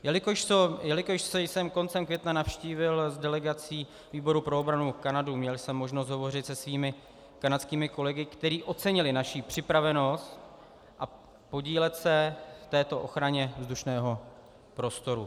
Jelikož jsem koncem května navštívil s delegací výboru pro obranu Kanadu, měl jsem možnost hovořit se svými kanadskými kolegy, kteří ocenili naši připravenost podílet se na této ochraně vzdušného prostoru.